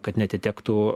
kad neatitektų